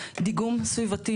דיגום סביבתי